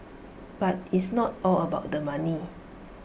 but it's not all about the money